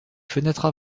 fenêtres